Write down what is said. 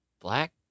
Black